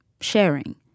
Sharing